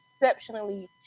exceptionally